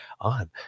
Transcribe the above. on